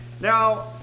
Now